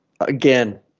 Again